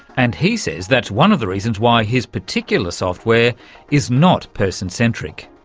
and he says that's one of the reasons why his particular software is not person-centric.